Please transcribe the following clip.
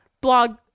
blog